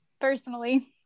personally